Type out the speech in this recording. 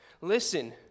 Listen